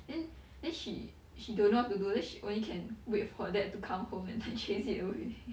then then she she don't know what to do then she only can wait for her dad to come home and like chase it away